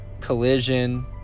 collision